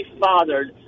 fathered